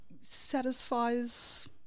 satisfies